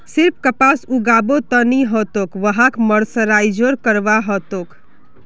सिर्फ कपास उगाबो त नी ह तोक वहात मर्सराइजो करवा ह तोक